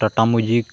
Tata magic